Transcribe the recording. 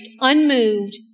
unmoved